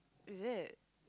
is it